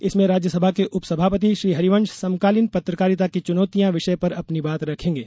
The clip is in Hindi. इसमें राज्यसभा के उपसभापति श्री हरिवंश समकालीन पत्रकारिता की चुनौतियां विषय पर अपनी बात रखेंगे